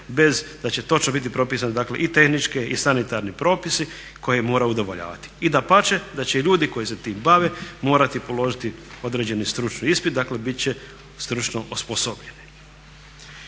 bez da će točno biti propisan, dakle i tehnički i sanitarni propisi koje mora udovoljavati. I dapače, da će i ljudi koji se tim bave morati položiti određeni stručni ispit, dakle bit će stručno osposobljeni.